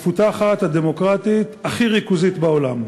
המפותחת, הדמוקרטית, הכי ריכוזית בעולם.